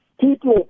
People